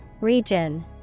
Region